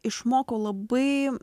išmokau labai